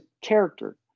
character